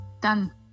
done